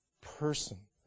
person